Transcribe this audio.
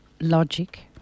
logic